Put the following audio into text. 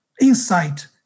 insight